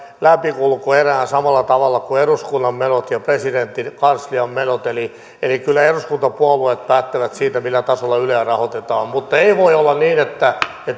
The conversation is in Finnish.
läpikulku eränä samalla tavalla kuin eduskunnan menot ja presidentin kanslian menot eli eli kyllä eduskuntapuolueet päättävät siitä millä tasolla yleä rahoitetaan mutta ei voi olla niin että